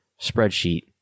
spreadsheet